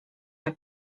jak